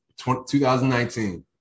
2019